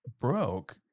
broke